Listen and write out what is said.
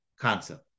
concept